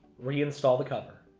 reinstall the cover.